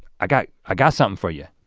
i got i got something for you.